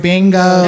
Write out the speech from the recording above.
Bingo